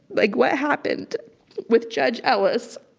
like what happened with judge ellis.